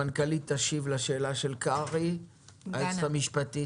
היועצת המשפטית